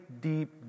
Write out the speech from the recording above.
deep